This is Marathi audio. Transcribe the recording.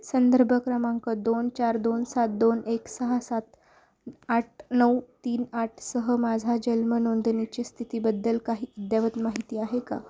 संदर्भ क्रमांक दोन चार दोन सात दोन एक सहा सात आठ नऊ तीन आठ सह माझा जल्म नोंदणीची स्थितीबद्दल काही अद्ययावत माहिती आहे का